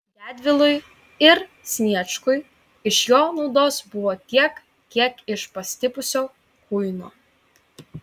gedvilui ir sniečkui iš jo naudos buvo tiek kiek iš pastipusio kuino